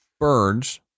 birds